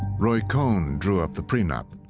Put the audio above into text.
roy cohn drew up the pre-nup,